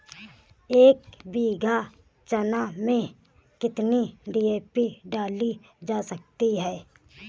एक बीघा चना में कितनी डी.ए.पी डाली जा सकती है?